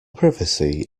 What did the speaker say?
privacy